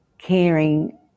Caring